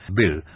bill